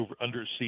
undersea